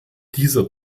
dieser